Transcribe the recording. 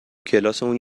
کلاسمون